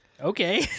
okay